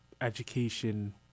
education